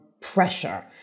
pressure